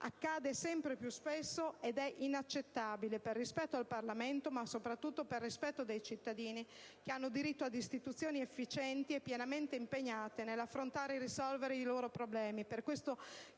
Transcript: Accade sempre più spesso ed è inaccettabile: per rispetto del Parlamento, ma soprattutto per rispetto dei cittadini, che hanno diritto ad istituzioni efficienti e pienamente impegnate nell'affrontare e risolvere i loro problemi.